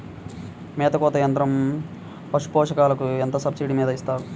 మేత కోత యంత్రం పశుపోషకాలకు ఎంత సబ్సిడీ మీద ఇస్తారు?